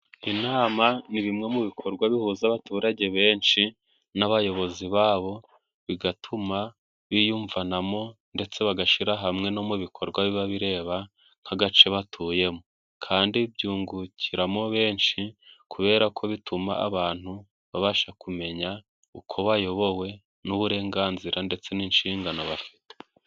Inama ni bimwe mu bikorwa bihuza abaturage benshi n'abayobozi babo, bigatuma biyumvanamo ndetse bagashyira hamwe no mu bikorwa biba bireba nk'agace batuyemo, kandi byungukiramo benshi kubera ko bituma abantu babasha kumenya uko bayobowe n'uburenganzira ndetse n'inshingano bafite.